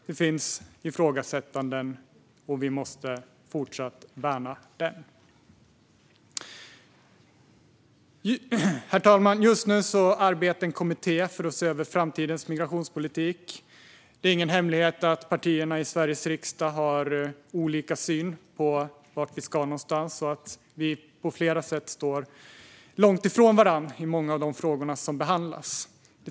Eftersom den ifrågasätts måste vi fortsätta att värna den. Just nu arbetar en kommitté för att se över framtidens migrationspolitik. Det är ingen hemlighet att partierna i Sveriges riksdag har olika syn på vart vi ska och att vi står långt ifrån varandra i många av de frågor som behandlas.